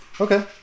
Okay